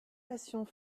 passions